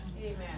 Amen